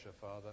Father